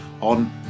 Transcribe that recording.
on